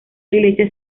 iglesia